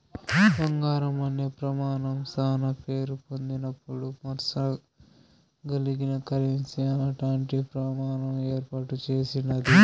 బంగారం అనే ప్రమానం శానా పేరు పొందినపుడు మార్సగలిగిన కరెన్సీ అట్టాంటి ప్రమాణం ఏర్పాటు చేసినాది